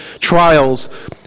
trials